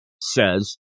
says